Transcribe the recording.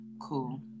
cool